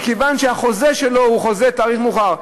מכיוון שהחוזה שלו הוא חוזה עם תאריך מאוחר.